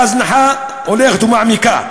וההזנחה הולכת ומעמיקה.